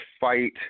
fight